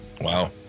Wow